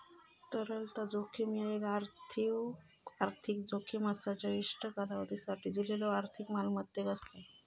तरलता जोखीम ह्या एक आर्थिक जोखीम असा ज्या विशिष्ट कालावधीसाठी दिलेल्यो आर्थिक मालमत्तेक असता